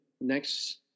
next